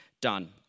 done